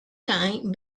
time